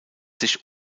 sich